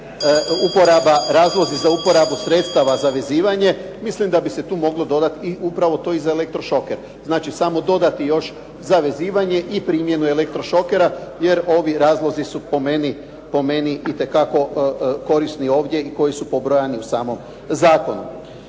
pobrajaju razlozi za uporabu sredstava za vezivanje, mislim da bi se tu moglo dodati i upravo to i za elektrošoker. Znači samo dodati još za vezivanje i primjenu elektrošokera jer ovi razlozi su po meni itekako korisni ovdje koji su pobrojani u samom zakonu.